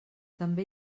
també